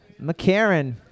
McCarran